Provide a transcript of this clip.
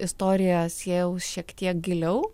istoriją siejau šiek tiek giliau